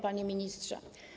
Panie Ministrze!